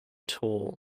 tall